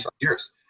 years